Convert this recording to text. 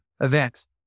events